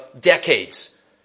decades